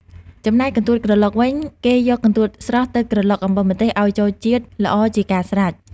ចំណែក កន្ទួតក្រឡុក វិញ គេយក កន្ទួតស្រស់ទៅក្រឡុកអំបិលម្ទេសឲ្យចូលជាតិល្អជាការស្រេច។